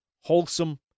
wholesome